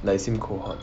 like same cohort